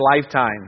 lifetime